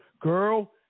girl